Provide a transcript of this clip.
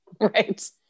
Right